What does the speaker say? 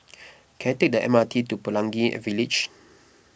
can I take the M R T to Pelangi Village